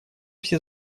все